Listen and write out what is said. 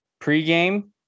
Pre-game